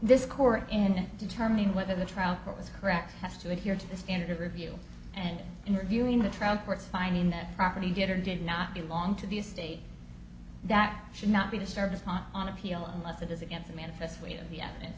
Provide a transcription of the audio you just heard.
this court in determining whether the trial court was correct has to adhere to the standard of review and interviewing the trial court's finding that property did or did not belong to the estate that should not be the service not on appeal unless it is against the manifest weight of the evidence